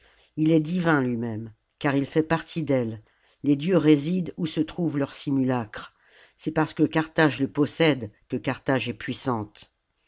ii est divin lui-même car il fait partie d'elle les dieux résident où se trouvent leurs simulacres c'est parce que carthage le possède que carthage est puissante